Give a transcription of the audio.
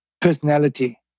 personality